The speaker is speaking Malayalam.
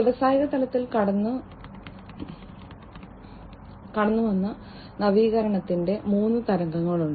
വ്യാവസായിക തലത്തിൽ കടന്നുവന്ന നവീകരണത്തിന്റെ മൂന്ന് തരംഗങ്ങളുണ്ട്